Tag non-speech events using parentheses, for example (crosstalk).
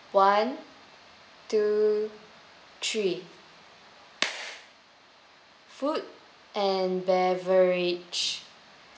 one two three (noise) food and beverage